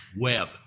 web